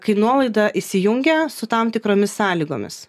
kai nuolaida įsijungia su tam tikromis sąlygomis